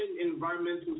environmental